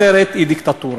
אחרת היא דיקטטורה.